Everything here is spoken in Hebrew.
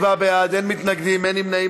27 בעד, אין מתנגדים, אין נמנעים.